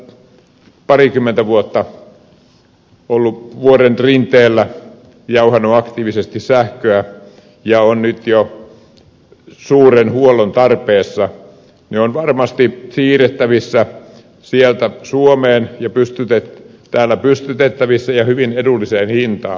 se on ollut parikymmentä vuotta siellä vuoren rinteellä jauhanut aktiivisesti sähköä ja on nyt jo suuren huollon tarpeessa ja se on varmasti siirrettävissä sieltä suomeen ja täällä pystytettävissä ja hyvin edulliseen hintaan